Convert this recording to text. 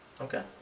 okay